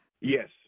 Yes